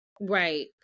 right